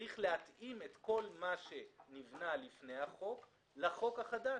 צריך להתאים את כל מה שנבנה לפני החוק לחוק החדש.